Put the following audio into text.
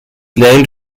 named